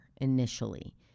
initially